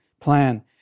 plan